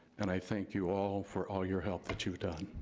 and i thank you all, for all your help that you've done,